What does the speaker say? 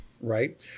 right